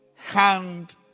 hand